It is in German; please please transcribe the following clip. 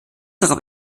darauf